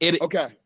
okay